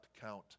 count